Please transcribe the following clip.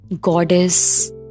goddess